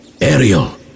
Ariel